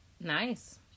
Nice